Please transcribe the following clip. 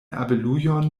abelujon